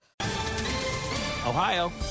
Ohio